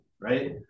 right